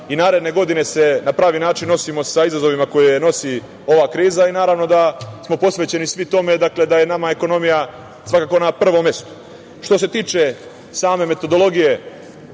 i naredne godine se na pravi način nosimo sa izazovima koje nosi ova kriza i naravno da smo posvećeni svi tome, da je nama ekonomija svakako na prvom mestu. Što se tiče same metodologije